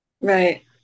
Right